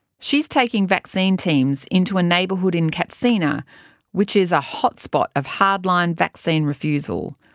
she is taking vaccine teams into a neighbourhood in katsina which is a hotspot of hard-line vaccine refusal.